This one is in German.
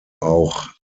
auch